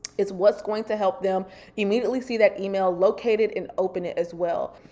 it's what's going to help them immediately see that email locate it and open it as well.